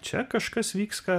čia kažkas vyks ką